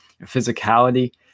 physicality